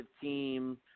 team